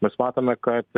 mes matome kad